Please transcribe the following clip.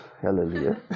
Hallelujah